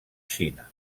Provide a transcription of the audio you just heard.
xina